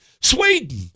Sweden